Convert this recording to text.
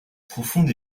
profonde